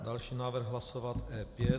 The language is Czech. Další návrh hlasovat E5.